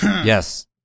yes